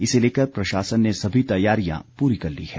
इसे लेकर प्रशासन ने सभी तैयारियां पूरी कर ली हैं